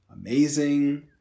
amazing